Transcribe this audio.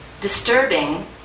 disturbing